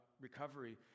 recovery